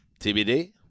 TBD